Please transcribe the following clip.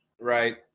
right